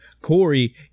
Corey